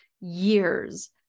years